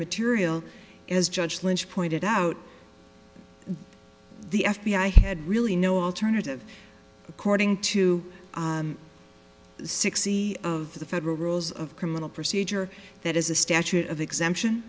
material as judge lynch pointed out the f b i had really no alternative according to sixty of the federal rules of criminal procedure that is a statute of exemption